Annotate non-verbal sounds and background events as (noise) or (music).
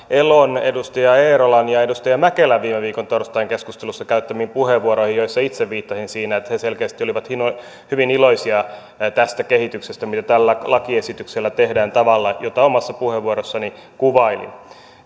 (unintelligible) elon edustaja eerolan ja edustaja mäkelän viime viikon torstain keskustelussa käyttämiin puheenvuoroihin joihin itse viittasin siinä että he selkeästi olivat olivat hyvin iloisia tästä kehityksestä mitä tällä lakiesityksellä tehdään tavalla jota omassa puheenvuorossani kuvailin